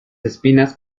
espinas